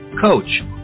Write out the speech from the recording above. coach